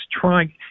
trying